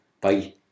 Bye